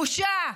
בושה.